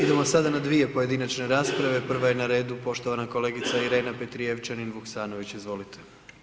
Idemo sada na dvije pojedinačne rasprave, prva je na redu poštovana kolegica Irena Petrijevčanin Vuksanović, izvolite.